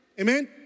amen